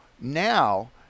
now